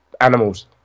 animals